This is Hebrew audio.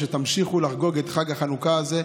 שתמשיכו לחגוג את החנוכה הזה,